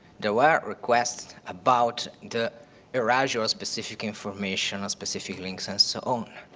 there were requests about the erasure of specific information, or specific links and so on,